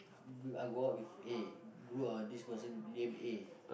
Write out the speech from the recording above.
I go out with A go uh this person name A